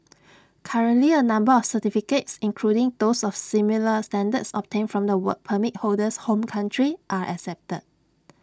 currently A number of certificates including those of similar standards obtained from the Work Permit holder's home country are accepted